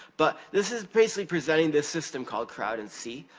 but, this is basically presenting this system called crowd in c,